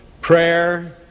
Prayer